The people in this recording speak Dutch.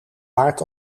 waard